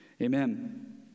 amen